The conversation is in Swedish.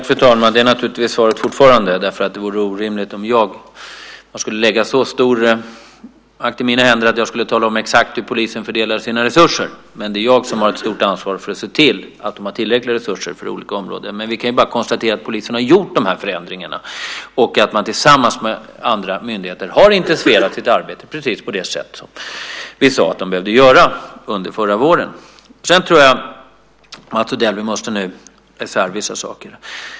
Fru talman! Det är naturligtvis svaret fortfarande. Det vore orimligt om man lade så stor makt i mina händer att jag skulle tala om exakt hur polisen skulle fördela sina resurser. Dock är det jag som har ett stort ansvar för att se till att de har tillräckliga resurser för olika områden. Vi kan bara konstatera att polisen har gjort dessa förändringar och tillsammans med andra myndigheter intensifierat sitt arbete precis på det sätt som vi under förra våren sade att man behövde göra. Sedan tror jag, Mats Odell, att vi måste hålla isär vissa saker.